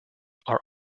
are